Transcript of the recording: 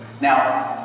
Now